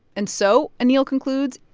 and so, anil concludes,